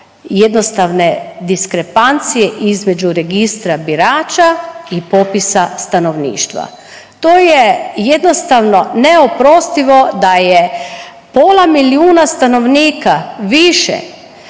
jednostavne diskrepancije između registra birača i popisa stanovništva. To je jednostavno neoprostivo da je pola milijuna stanovnika više